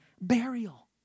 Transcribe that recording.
burial